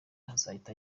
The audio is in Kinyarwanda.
azahita